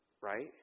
right